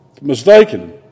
Mistaken